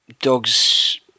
Dog's